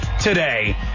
today